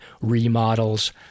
remodels